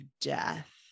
death